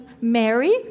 Mary